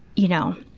you know,